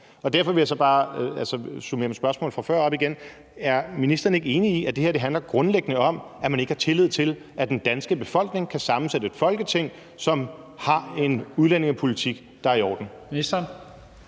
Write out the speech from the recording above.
Derfor vil jeg bare summere mit spørgsmål fra før op igen: Er ministeren ikke enig i, at det her grundlæggende handler om, at man ikke har tillid til, at den danske befolkning kan sammensætte et Folketing, som har en udlændingepolitik, der er i orden?